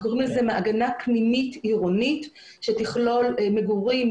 אנחנו קוראים לזה מעגנה פנימית עירונית שתכלול מגורים,